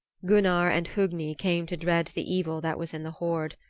gunnar and hogni came to dread the evil that was in the hoard.